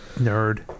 Nerd